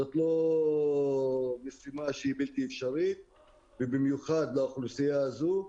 זאת לא משימה שהיא בלתי אפשרית ובמיוחד לאוכלוסייה הזו.